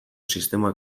sistema